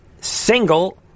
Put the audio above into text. single